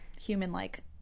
human-like